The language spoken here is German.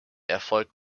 erfolg